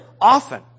often